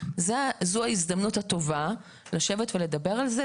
אני חושבת שזאת ההזדמנות הטובה לשבת ולדבר על זה,